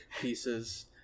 pieces